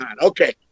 Okay